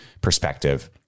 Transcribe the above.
perspective